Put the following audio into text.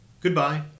Goodbye